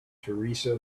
teresa